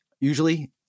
Usually